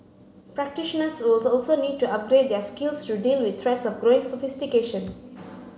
practitioners was also need to upgrade their skills to deal with threats of growing sophistication